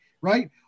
right